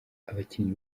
abakinnyi